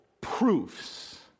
proofs